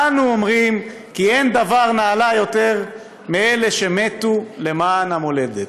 אנו אומרים כי אין דבר נעלה יותר מאלה שמתו למען המולדת.